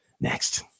next